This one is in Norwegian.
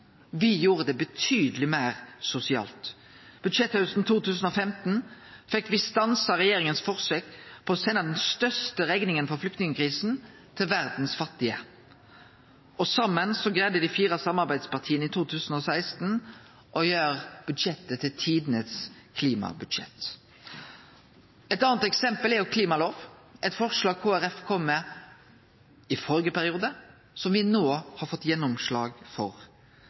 gjorde det betydeleg meir sosialt. Budsjetthausten 2015 fekk me stansa regjeringa sitt forsøk på å sende den største rekninga for flyktningkrisa til verdas fattige. Saman greidde dei fire samarbeidspartia i 2016 å gjere budsjettet til tidenes klimabudsjett. Eit anna eksempel er klimalova, eit forslag Kristeleg Folkeparti kom med i førre periode, som me no har fått gjennomslag for.